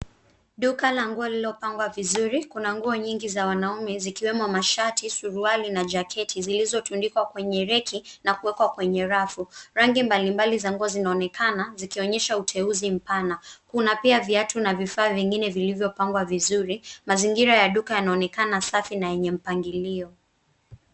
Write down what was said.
Duka la nguo lililopangwa vizuri. Kuna nguo nyingi za wanaume zikiwemo mashati, suruali na jaketi zilizotundikwa kwenye reki na kuwekwa kwenye rafu. Rangi mbalimbali za nguo zinaonekana zikionyesha uteuzi mpana. Kuna pia na vifaa vingine vilivyopangwa vizuri. Mazingira ya duka yanaonekana safi na yenye mpangilio.